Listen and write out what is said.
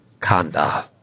Kanda